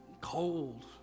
cold